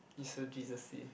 you so Jesusy